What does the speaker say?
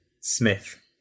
Smith